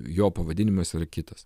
jo pavadinimas yra kitas